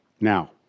Now